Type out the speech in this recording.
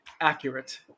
accurate